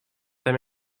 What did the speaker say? them